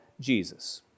Jesus